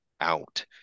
out